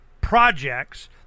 projects